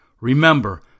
Remember